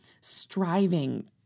striving